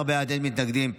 14 בעד, אין מתנגדים.